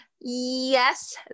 Yes